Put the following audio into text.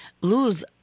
lose